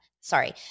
sorry